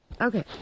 Okay